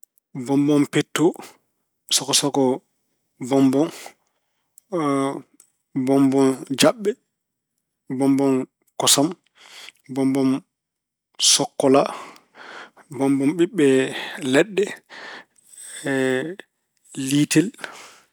Bombom petto, sokosoko bombom, bombom jaɓɓe, bombom kosam, bombom sokkola, bombom ɓiɓɓe leɗɗe, e liitel.